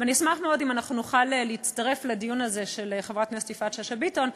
אני אשמח מאוד אם נוכל להצטרף לדיון הזה של חברת הכנסת יפעת שאשא ביטון,